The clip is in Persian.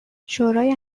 شورای